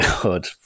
good